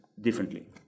differently